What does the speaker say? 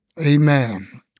Amen